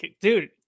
dude